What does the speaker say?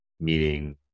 meaning